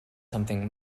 something